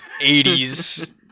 80s